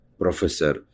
Professor